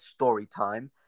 Storytime